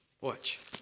Watch